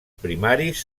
primaris